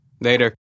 Later